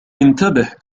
انتبه